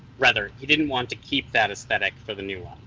rather, he didn't want to keep that aesthetic for the new one.